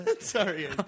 Sorry